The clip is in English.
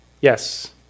yes